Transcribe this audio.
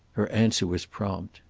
her answer was prompt.